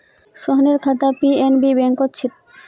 सोहनेर खाता पी.एन.बी बैंकत छेक